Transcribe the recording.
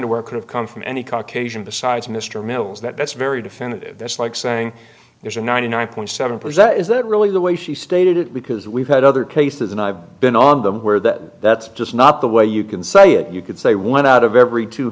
underwear could have come from any caucasian besides mr mills that that's very definitive that's like saying there's a ninety nine point seven percent is that really the way she stated it because we've had other cases and i've been on them where that that's just not the way you can say it you could say one out of every two